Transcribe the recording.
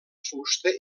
fusta